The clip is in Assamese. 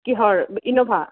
কিহৰ ইন'ভা